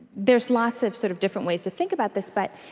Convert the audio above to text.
there's lots of sort of different ways to think about this, but